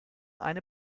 eine